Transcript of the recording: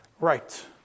right